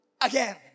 Again